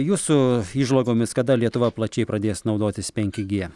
jūsų įžvalgomis kada lietuva plačiai pradės naudotis penki gie